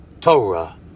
Torah